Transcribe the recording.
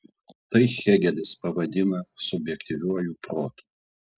tai hėgelis pavadina subjektyviuoju protu